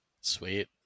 Sweet